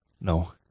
No